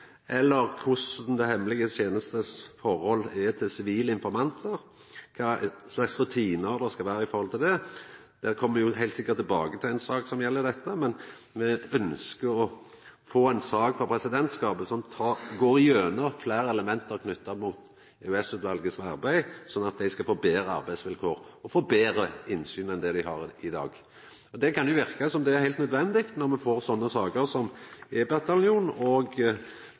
eller korleis dei hemmelege tenestenes forhold til sivile informantar er, og kva slags rutinar det skal vera for det. Me kjem heilt sikkert tilbake til ei sak som gjeld dette, men me ønskjer å få ei sak frå presidentskapet som går gjennom fleire element knytte til EOS-utvalets arbeid, sånn at dei skal få betre arbeidsvilkår og få betre innsyn enn det dei har i dag. Det kan jo verka som om det er heilt nødvendig, når me får saker som E-bataljonen og overvaking, som PST hadde av 120 personar i nokre religiøse miljø. Det er